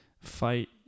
fight